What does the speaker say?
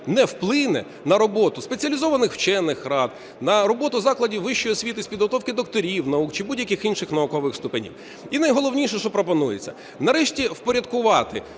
не виплине на роботу спеціалізованих вчених рад, на роботу закладів вищої освіти з підготовки докторів наук чи будь-яких інших наукових ступенів. І найголовніше, що пропонується. Нарешті впорядкувати